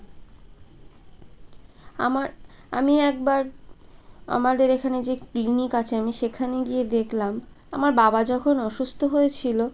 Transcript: আমার আমি একবার আমাদের এখানে যে ক্লিনিক আছে আমি সেখানে গিয়ে দেখলাম আমার বাবা যখন অসুস্থ হয়েছিলো